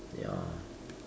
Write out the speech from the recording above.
ya